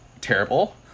terrible